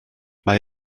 mae